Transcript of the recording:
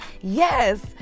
Yes